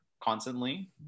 constantly